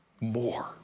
more